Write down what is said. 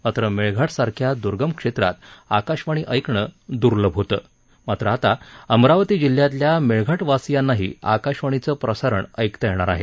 मात्र मेळघाट सारख्या दूर्गम क्षेत्रात आकाशवाणी ऐकणं दूर्लभ होतं मात्र आता अमरावती जिल्ह्यातील मेळघाट वासियांनाही आकाशवाणीचं प्रसारण ऐकता येणार आहे